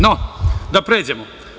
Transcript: No, da pređemo.